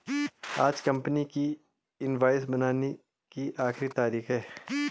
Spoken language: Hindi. आज कंपनी की इनवॉइस बनाने की आखिरी तारीख है